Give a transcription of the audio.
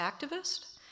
activist